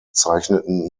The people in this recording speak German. zeichneten